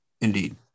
indeed